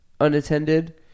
unattended